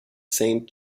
saint